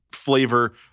flavor